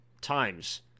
times